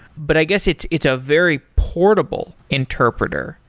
but i guess it's it's a very portable interpreter.